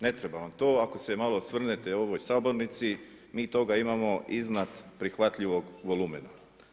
Ne treba vam to ako se malo osvrnete u ovoj sabornici mi toga imamo iznad prihvatljivog volumena.